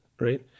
right